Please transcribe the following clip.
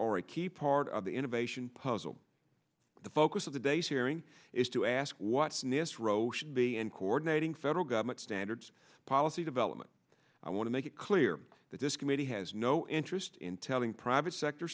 or a key part of the innovation puzzle the focus of today's hearing is to ask what's in this row should be in coordinating federal government standards policy development i want to make it clear that this committee has no interest in telling private sector